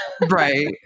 Right